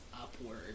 upward